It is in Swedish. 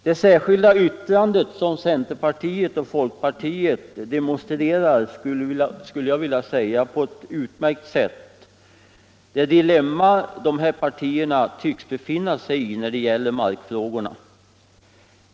Det särskilda yttrandet nr 2 från centerpartiet och folkpartiet demonstrerar på ett utmärkt sätt det dilemma dessa partier tycks befinna sig i när det gäller markfrågorna.